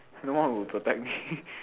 no one would protect me